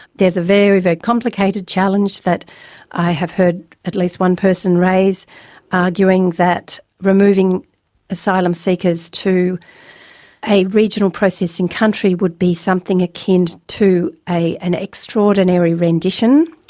there's a very, very complicated challenge that i have heard at least one person raise arguing that removing asylum seekers to a regional processing country would be something akin to an extraordinary rendition.